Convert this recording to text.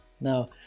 now